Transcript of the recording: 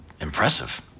impressive